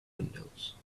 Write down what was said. windows